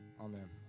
Amen